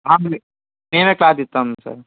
మేమే క్లాత్ ఇస్తాం సార్